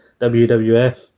WWF